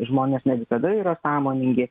žmonės ne visada yra sąmoningi